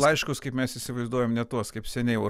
laiškus kaip mes įsivaizduojam ne tuos kaip seniai jau